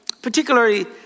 Particularly